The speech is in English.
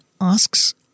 asks